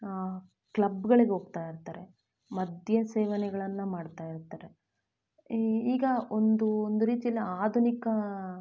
ಕ್ಲಬ್ಗಳಿಗೆ ಹೋಗ್ತಾ ಇರ್ತಾರೆ ಮದ್ಯ ಸೇವನೆಗಳನ್ನು ಮಾಡ್ತಾ ಇರ್ತಾರೆ ಈ ಈಗ ಒಂದು ಒಂದು ರೀತಿಯಲ್ಲಿ ಆಧುನಿಕ